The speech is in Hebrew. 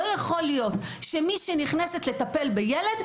לא יכול להיות שמי שנכנסת לטפל בילד,